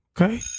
okay